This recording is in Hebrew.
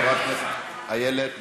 חברת הכנסת איילת נחמיאס,